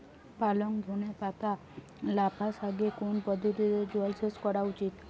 পালং ধনে পাতা লাফা শাকে কোন পদ্ধতিতে জল সেচ করা উচিৎ?